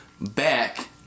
back